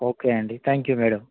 okay అండి thank you madam